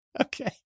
Okay